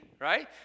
right